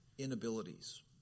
Inabilities